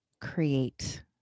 create